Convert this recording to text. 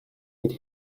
could